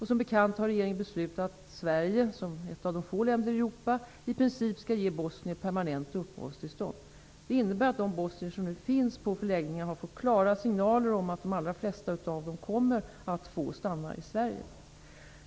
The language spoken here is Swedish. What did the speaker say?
Som bekant har regeringen beslutat att Sverige, som ett av få länder i Europa, i princip skall ge bosnier permanent uppehållstillstånd. Det innebär, att de bosnier som nu finns på förläggningarna har fått klara signaler om att de allra flesta av dem kommer att få stanna i Sverige.